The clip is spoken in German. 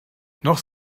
noch